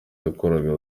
bakoraga